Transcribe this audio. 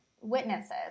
witnesses